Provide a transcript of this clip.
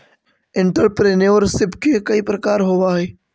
entrepreneurship के कई प्रकार होवऽ हई